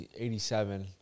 87